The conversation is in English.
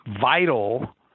vital